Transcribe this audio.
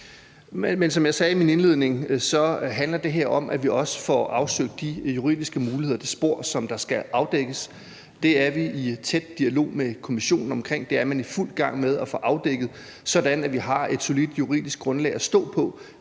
Men som jeg sagde i min indledning, handler det her også om, at vi får afsøgt de juridiske muligheder. Det spor, der skal afdækkes, er vi i tæt dialog med Kommissionen om; det er i fuld gang med at blive afdækket, sådan at vi har et solidt juridisk grundlag at stå på,